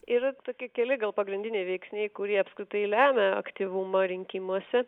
yra tokie keli gal pagrindiniai veiksniai kurie apskritai lemia aktyvumą rinkimuose